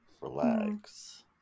relax